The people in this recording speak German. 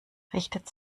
richtet